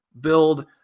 build